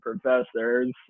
professors